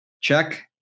Check